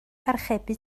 archebu